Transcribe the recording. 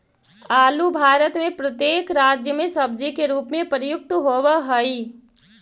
आलू भारत में प्रत्येक राज्य में सब्जी के रूप में प्रयुक्त होवअ हई